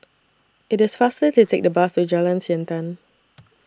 IT IS faster to Take The Bus to Jalan Siantan